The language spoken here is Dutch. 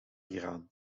hieraan